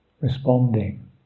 Responding